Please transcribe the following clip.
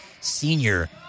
senior